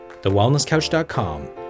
TheWellnessCouch.com